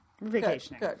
vacationing